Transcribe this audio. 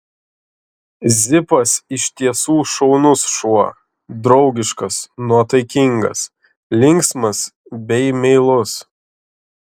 zipas iš tiesų šaunus šuo draugiškas nuotaikingas linksmas bei meilus